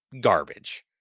garbage